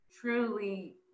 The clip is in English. truly